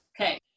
Okay